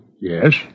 Yes